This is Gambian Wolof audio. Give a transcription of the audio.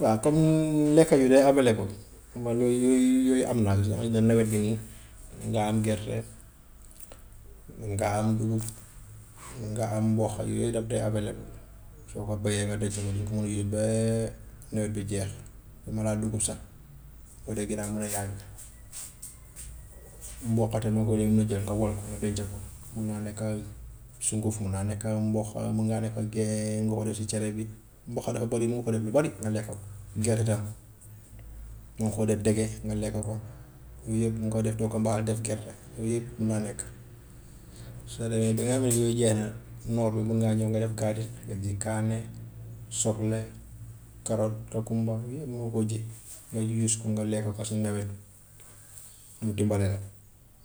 Waa comme lekk yu dee available man yooyu yooyu yooyu am naa si su may ne nawet bi nii nga am gerte, nga am dugub, nga am mboqa yooyu daf dee available soo ko béyee nga denc ko dinga ko mun a use ba nawet bi jeex, waxumalaa dugub sax moo de gën a mun a yàgg. Mboq tam mun ko dee mun a jël nga wol ko nga denc ko, mun naa nekka sunguf, mun naa nekka mboqa, mun ngaa nekk ge- nga koo def si cere bi. Mboqa dafa bari mun nga ko def lu bari nga lekk ko, gerte tam mun nga ko def dege nga lekk ko yooyu yëpp nga koy def doo ko mbaxal def gerte, yooyu yëpp mun naa nekk. Soo demee ba nga xam ne yooyu jeex na noor bi mun ngaa ñëw nga def kaate, nga ji kaane, soble, karoot, tokumba, yooyu yëpp mën nga koo ji, nga use ko nga lekk ko si nawet mu dimbale la, yooyu